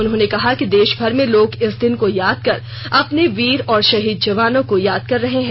उन्होंने कहा कि देश भर में लोग इस दिन को याद कर अपने वीर और शहीद जवानों को याद कर रहे हैं